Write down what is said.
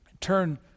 turn